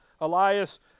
Elias